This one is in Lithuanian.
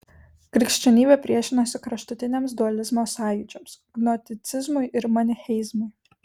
krikščionybė priešinosi kraštutiniams dualizmo sąjūdžiams gnosticizmui ir manicheizmui